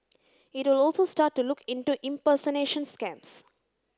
it will also start to look into impersonation scams